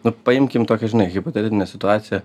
nu paimkim tokią žinai hipotetinę situaciją